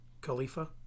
Khalifa